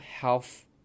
health